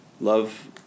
love